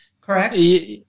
correct